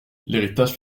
l’héritage